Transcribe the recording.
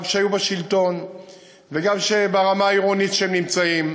גם כשהיו בשלטון וגם ברמה העירונית שהם נמצאים.